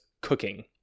cooking